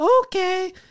okay